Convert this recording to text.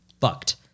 fucked